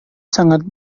sangat